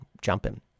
jumping